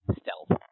stealth